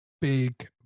big